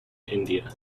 india